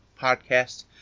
podcast